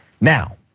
now